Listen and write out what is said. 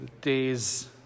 days